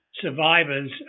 Survivors